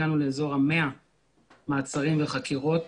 הגענו לאזור ה-100 מעצרים וחקירות.